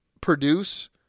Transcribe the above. produce